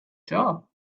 job